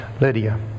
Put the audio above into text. Lydia